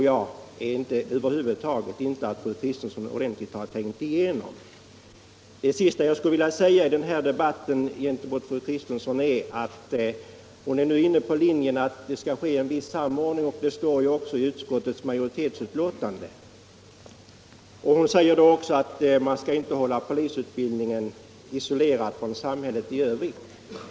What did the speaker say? Jag tror över huvud taget inte att fru Kristensson ordentligt har tänkt igenom detta. Vad jag till sist skulle vilja beröra i den här debatten med fru Kristensson gäller att hon är inne på linjen att en viss samordning skall ske. Det står också i utskottsmajoritetens skrivning. Fru Kristensson säger också att polisutbildningen inte skall hållas isolerad från samhället i övrigt.